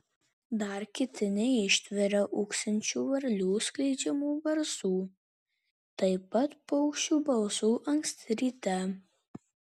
dar kiti neištveria ūksinčių varlių skleidžiamų garsų taip pat paukščių balsų anksti ryte